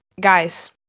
guys